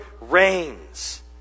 reigns